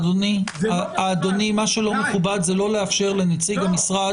אדוני, מה שלא מכובד זה לא לאפשר לנציג המשרד.